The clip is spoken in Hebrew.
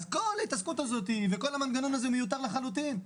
אז כל ההתעסקות הזאת וכל המנגנון הזה מיותר לחלוטין.